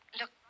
Look